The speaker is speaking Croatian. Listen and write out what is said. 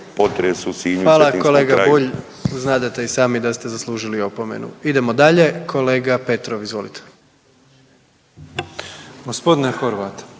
Hvala kolega Bulj, znadete i sami da ste zaslužili opomenu. Idemo dalje, kolega Petrov, izvolite.